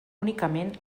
únicament